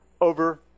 over